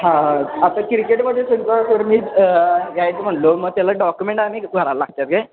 हां हां आता क्रिकेटमध्ये समजा सर मी जायचं म्हणालो मग त्याला डॉक्युमेंट आणि भरायला लागतात काय